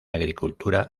agricultura